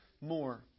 more